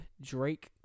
Drake